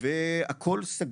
והכול סגור,